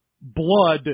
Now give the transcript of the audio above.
blood